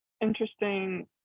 interesting